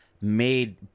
made